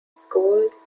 schools